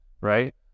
right